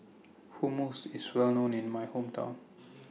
Hummus IS Well known in My Hometown